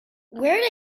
where